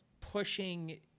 pushing